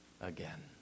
again